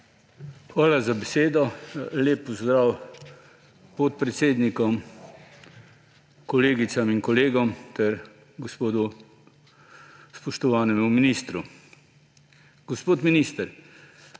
Hvala za besedo. Lep pozdrav podpredsednikom, kolegicam in kolegom ter gospodu spoštovanemu ministru! Gospod minister,